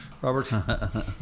Robert